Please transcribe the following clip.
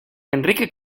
enrique